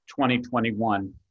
2021